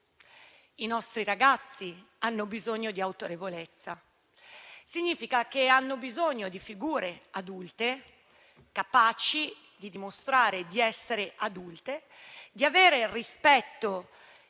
i nostri ragazzi hanno bisogno di autorevolezza: ciò significa che hanno bisogno di figure adulte, capaci di dimostrare di essere adulte e di avere rispetto